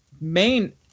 main